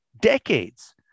decades